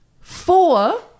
Four